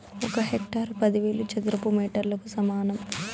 ఒక హెక్టారు పదివేల చదరపు మీటర్లకు సమానం